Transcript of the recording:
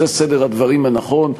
זה סדר הדברים הנכון,